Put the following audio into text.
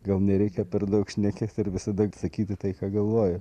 gal nereikia per daug šnekėti ir visada sakyti tai ką galvoji